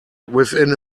within